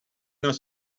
not